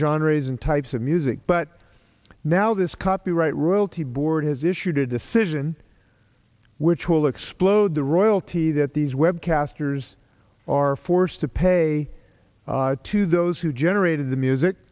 genres and types of music but now this copyright royalty board has issued a decision which will explode the royalty that these web casters are forced to pay to those who generated the music